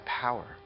power